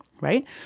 right